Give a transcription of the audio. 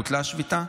בוטלה השביתה?